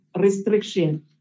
restriction